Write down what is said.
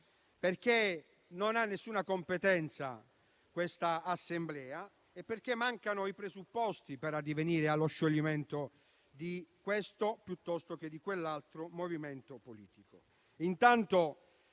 non ha nessuna competenza e perché mancano i presupposti per addivenire allo scioglimento di questo piuttosto che di quell'altro movimento politico.